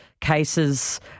cases